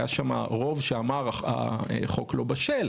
היה שם רוב שאמר החוק לא בשל.